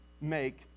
make